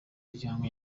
muryango